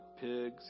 pigs